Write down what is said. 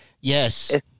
Yes